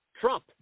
Trump